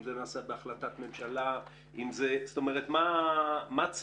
אם זה נעשה בהחלטת ממשלה, מה צריך